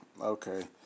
Okay